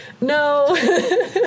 no